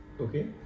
Okay